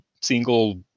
single